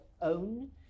own